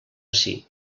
ací